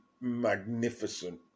magnificent